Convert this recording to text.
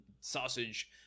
sausage